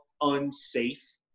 unsafe